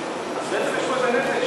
הרבה לפני שאנחנו פה גם כוננו את הכנסת,